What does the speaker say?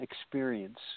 experience